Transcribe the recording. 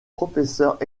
professeurs